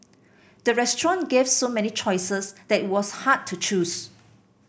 the restaurant gave so many choices that it was hard to choose